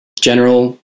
general